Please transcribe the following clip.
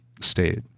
state